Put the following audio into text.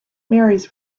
marys